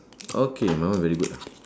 okay my one very good